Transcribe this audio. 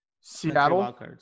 Seattle